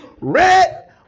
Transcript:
red